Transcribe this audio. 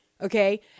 okay